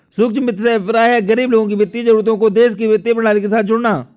सूक्ष्म वित्त से अभिप्राय है, गरीब लोगों की वित्तीय जरूरतों को देश की वित्तीय प्रणाली के साथ जोड़ना